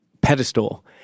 pedestal